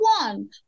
one